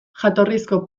jatorrizko